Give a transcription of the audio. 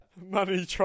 money